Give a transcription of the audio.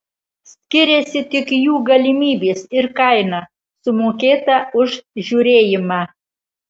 skiriasi tik jų galimybės ir kaina sumokėta už žiūrėjimą